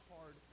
hard